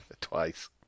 twice